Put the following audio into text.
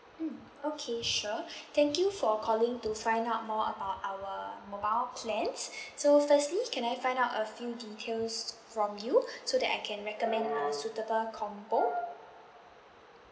mm okay sure thank you for calling to find out more about our mobile plans so firstly can I find out a few details from you so that I can recommend a suitable combo